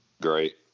Great